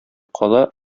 кала